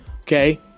Okay